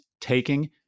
taking